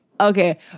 Okay